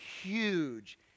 huge